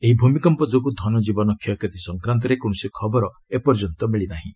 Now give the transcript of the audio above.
ଏହି ଭୂମିକମ୍ପ ଯୋଗୁଁ ଧନକୀବନ କ୍ଷୟକ୍ଷତି ସଂକ୍ରାନ୍ତରେ କୌଣସି ଖବର ଏପର୍ଯ୍ୟନ୍ତ ମିଳି ନାହିଁ